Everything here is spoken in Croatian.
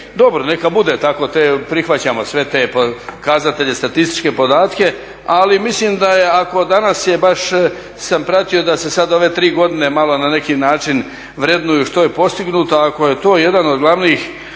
Dobro, neka bude tako, prihvaćamo sve te pokazatelje, statističke podatke. Ali mislim da ako danas sam baš pratio da se sad ove tri godine malo na neki način vrednuju što je postignuto, ako je to jedan od glavnih